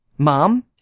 Mom